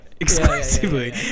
exclusively